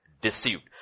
deceived